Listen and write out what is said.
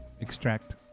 extract